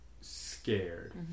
Scared